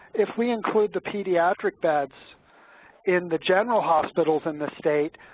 if we include the pediatric beds in the general hospitals in the state,